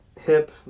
Hip